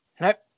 Nope